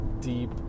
deep